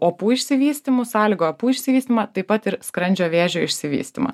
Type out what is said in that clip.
opų išsivystymu sąlygoja opų išsivystymą taip pat ir skrandžio vėžio išsivystymą